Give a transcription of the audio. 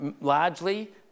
Largely